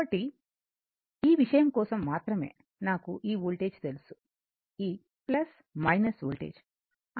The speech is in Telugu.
కాబట్టి ఈ విషయం కోసం మాత్రమే నాకు ఈ వోల్టేజ్ తెలుసు ఈ వోల్టేజ్ అంటే ఈ వోల్టేజ్ v